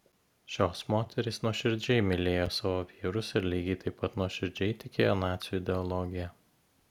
šios moterys nuoširdžiai mylėjo savo vyrus ir lygiai taip pat nuoširdžiai tikėjo nacių ideologija